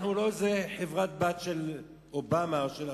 שאנחנו לא חברה-בת של אובמה או של ארצות-הברית.